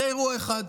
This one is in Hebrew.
זה אירוע אחד.